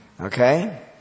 Okay